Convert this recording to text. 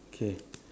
K